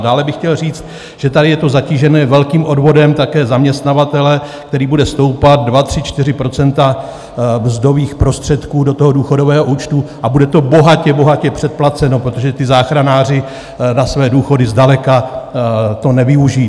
A dále bych chtěl říct, že tady je to zatíženo velkým odvodem také zaměstnavatele, který bude stoupat 2, 3, 4 % mzdových prostředků do důchodového účtu, a bude to bohatě, bohatě předplaceno, protože ti záchranáři na své důchody zdaleka to nevyužijí.